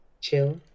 chill